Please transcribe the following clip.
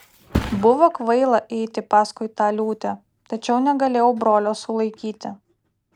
buvo kvaila eiti paskui tą liūtę tačiau negalėjau brolio sulaikyti